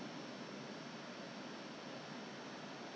I now have a hand sanitizer because it's still hanging there